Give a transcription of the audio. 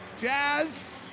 Jazz